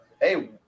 Hey